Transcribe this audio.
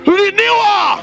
renewal